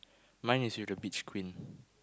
mine is with the beach queen